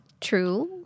true